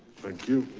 thank you.